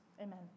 amen